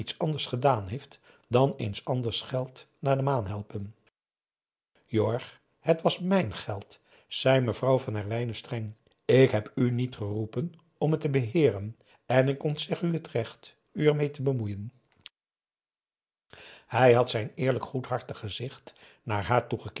anders gedaan heeft dan eens anders geld naar de maan helpen p a daum hoe hij raad van indië werd onder ps maurits jorg het was mijn geld zei mevrouw van herwijnen streng ik heb u niet geroepen om het te beheeren en ik ontzeg u het recht u ermeê te bemoeien hij had zijn eerlijk goedhartig gezicht naar haar